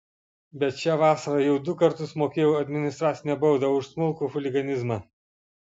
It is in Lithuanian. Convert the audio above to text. bet šią vasarą jau du kartus mokėjau administracinę baudą už smulkų chuliganizmą